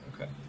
Okay